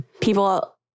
people